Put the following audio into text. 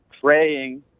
praying